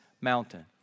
mountain